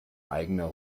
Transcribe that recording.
eigener